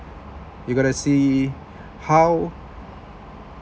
you gotta see how